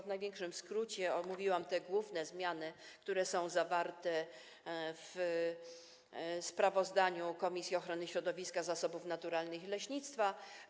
W największym skrócie omówiłam główne zmiany, które są zawarte w sprawozdaniu Komisji Ochrony Środowiska, Zasobów Naturalnych i Leśnictwa.